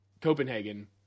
Copenhagen